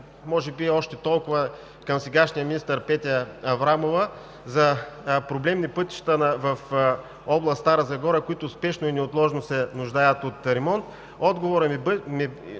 може би още толкова към сегашния министър Петя Аврамова за проблемни пътища в област Стара Загора, които спешно и неотложно се нуждаят от ремонт,